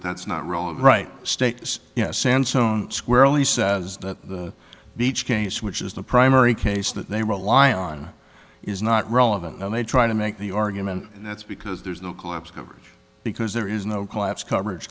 that's not really right states yes sandstone squarely says that beach case which is the primary case that they rely on is not relevant and they try to make the argument that's because there's no collapse coverage because there is no collapse coverage